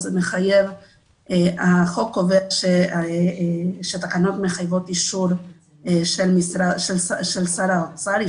החוק קובע שהתקנות מחייבות אישור של שר האוצר.